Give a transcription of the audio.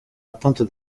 attente